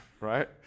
right